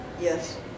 Yes